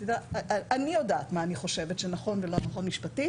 אני יודעת מה אני חושבת שנכון ולא נכון משפטית.